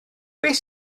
beth